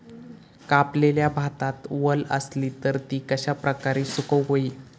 कापलेल्या भातात वल आसली तर ती कश्या प्रकारे सुकौक होई?